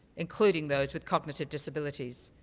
including those with cognitive disabilities.